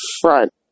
front